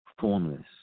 formless